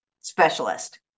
specialist